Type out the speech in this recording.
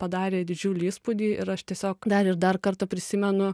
padarė didžiulį įspūdį ir aš tiesiog dar ir dar kartą prisimenu